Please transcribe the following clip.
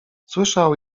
słyszał